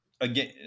again